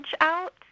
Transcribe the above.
out